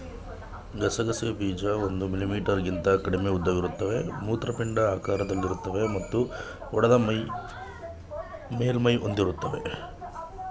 ಗಸಗಸೆ ಬೀಜ ಒಂದು ಮಿಲಿಮೀಟರ್ಗಿಂತ ಕಡಿಮೆ ಉದ್ದವಿರುತ್ತವೆ ಮೂತ್ರಪಿಂಡ ಆಕಾರದಲ್ಲಿರ್ತವೆ ಮತ್ತು ಹೊಂಡದ ಮೇಲ್ಮೈ ಹೊಂದಿರ್ತವೆ